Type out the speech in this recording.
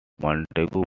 montagu